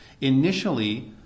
Initially